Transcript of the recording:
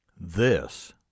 This